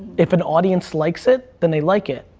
if an audience likes it, then they like it,